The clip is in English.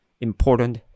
important